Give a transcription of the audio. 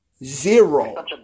Zero